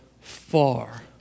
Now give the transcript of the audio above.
far